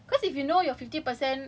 you know what's bell curve right ya